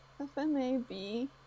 FMAB